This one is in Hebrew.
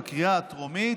בקריאה הטרומית,